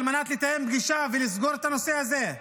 מנת לתאם פגישה ולסגור את הנושא הזה,